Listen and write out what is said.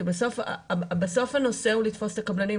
כי בסוף הנושא הוא לתפוס את הקבלנים,